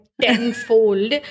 tenfold